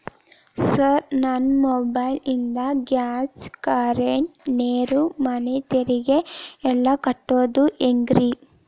Sir ನನ್ನ mobile ನಿಂದ gas, current, ನೇರು, ಮನೆ ತೆರಿಗೆ ಎಲ್ಲಾ ಕಟ್ಟೋದು ಹೆಂಗ್ರಿ?